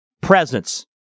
Presence